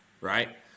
Right